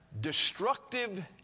destructive